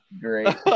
great